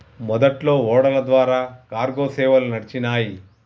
మొదట్లో ఓడల ద్వారా కార్గో సేవలు నడిచినాయ్